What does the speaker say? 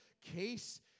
Case